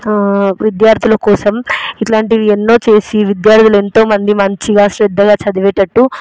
విద్యార్థుల కోసం ఇలాంటివి ఎన్నో చేసి విద్యార్థులు ఎంతో మంది మంచిగా శ్రద్ధగా చదివేటట్టు